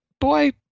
boy